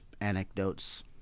anecdotes